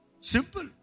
Simple